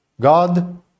God